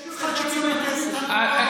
תן לי מישהו אחד שהוציא מהם כסף,